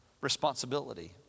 responsibility